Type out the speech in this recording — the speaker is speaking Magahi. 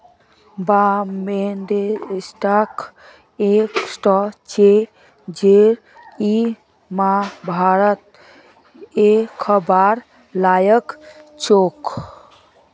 बॉम्बे स्टॉक एक्सचेंजेर इमारत दखवार लायक छोक